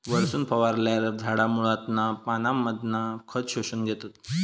वरसून फवारल्यार झाडा मुळांतना पानांमधना खत शोषून घेतत